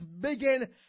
begin